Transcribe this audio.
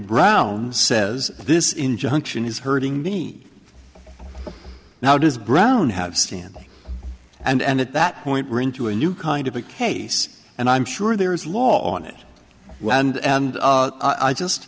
brown says this injunction is hurting me now does brown have standing and at that point we're into a new kind of a case and i'm sure there is law on it well and i just